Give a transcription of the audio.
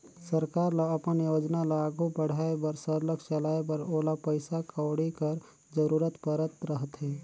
सरकार ल अपन योजना ल आघु बढ़ाए बर सरलग चलाए बर ओला पइसा कउड़ी कर जरूरत परत रहथे